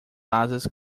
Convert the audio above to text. asas